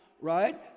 right